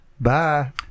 Bye